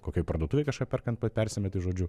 kokioj parduotuvėj kažką perkant persimeti žodžiu